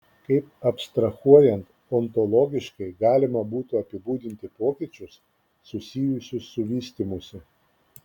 kaip abstrahuojant ontologiškai galima būtų apibūdinti pokyčius susijusius su vystymusi